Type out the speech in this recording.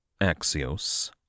Axios